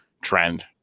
trend